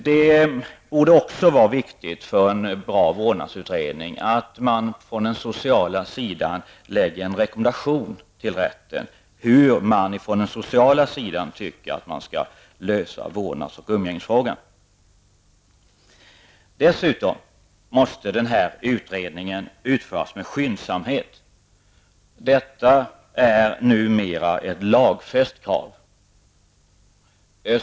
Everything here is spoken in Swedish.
Det är också viktigt för en bra vårdnadsutredning att de sociala myndigheterna lämnar en rekommendation till rätten hur man anser att vårdnads och umgängesfrågan skall lösas. Dessutom måste utredningen utföras med skyndsamhet. Detta är numera ett lagfäst krav.